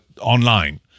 online